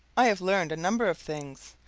i have learned a number of things,